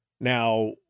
Now